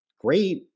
great